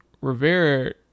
Rivera